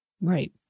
Right